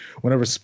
whenever